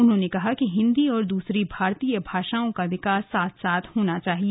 उन्होंने कहा कि हिन्दी और दूसरी भारतीय भाषाओं का विकास साथ साथ होना चाहिए